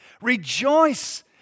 Rejoice